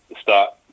start